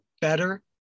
better